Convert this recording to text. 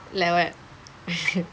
like what